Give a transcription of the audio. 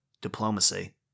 Diplomacy